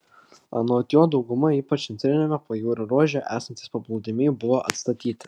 anot jo dauguma ypač centriniame pajūrio ruože esantys paplūdimiai buvo atstatyti